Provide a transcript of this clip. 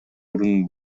орун